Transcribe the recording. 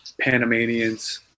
Panamanians